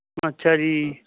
ਅੱਛਾ ਜੀ